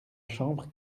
chambre